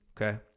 Okay